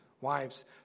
wives